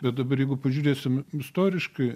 bet dabar jeigu pažiūrėsim istoriškai